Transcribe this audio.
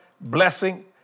blessing